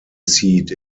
seat